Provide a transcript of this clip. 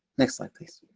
next slide. these